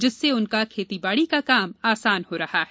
जिससे उनका खेतीबाड़ी का काम आसान हो रहा है